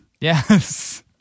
Yes